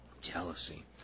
Jealousy